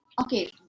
okay